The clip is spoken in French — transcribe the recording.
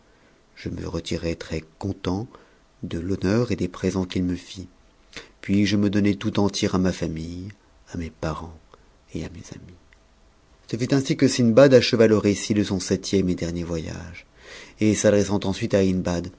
je me retirai très-content de l'honneur et des présents qu'il me fit puis je me donnai tout entier à ma fthe à mes parents et à mes amis ce fut ainsi que sindbad acheva le récit de son septième et dernier m age et s'adressant ensuite à